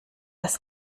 das